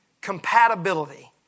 Compatibility